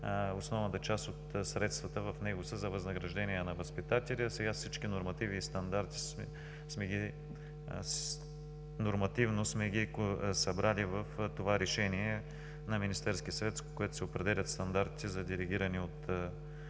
основната част от средствата в него са за възнаграждение на възпитателя. Сега всички нормативи и стандарти нормативно сме ги събрали в това решение на Министерския съвет, с което се определят стандартите за делегираните от